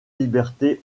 libertés